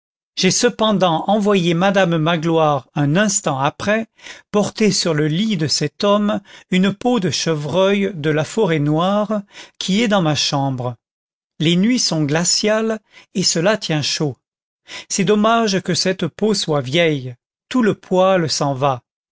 j'ai cependant envoyé madame magloire un instant après porter sur le lit de cet homme une peau de chevreuil de la forêt noire qui est dans ma chambre les nuits sont glaciales et cela tient chaud c'est dommage que cette peau soit vieille tout le poil s'en va